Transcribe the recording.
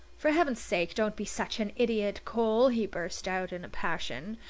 for heaven's sake don't be such an idiot, cole! he burst out in a passion.